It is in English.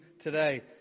today